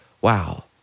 wow